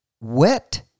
wet